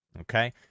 okay